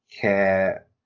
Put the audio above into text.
care